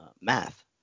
math